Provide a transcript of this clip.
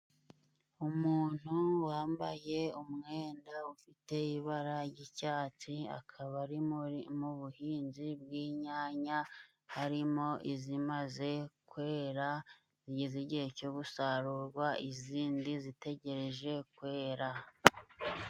Umuntu wambaye umwenda ufite ibara ry'icyatsi, akaba ari muri mu buhinzi bw'inyanya. Harimo izimaze kwera zigeze igihe cyo gusarurwa, izindi zitegereje kwera.